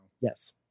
Yes